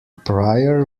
prior